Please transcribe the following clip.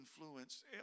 influence